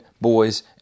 boys